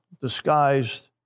disguised